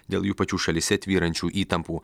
dėl jų pačių šalyse tvyrančių įtampų